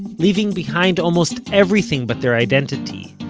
leaving behind almost everything but their identity,